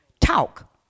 Talk